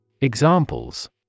Examples